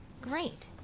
Great